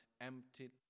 empty